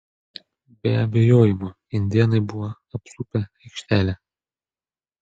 be abejojimo indėnai buvo apsupę aikštelę